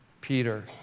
Peter